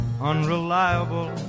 unreliable